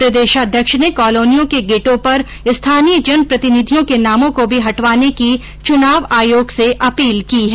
प्रदेशाध्यक्ष ने कॉलोनियों के गेटों पर स्थानीय जनप्रतिनिधियों के नामों को भी हटवाने की चुनाव आयोग से अपील की है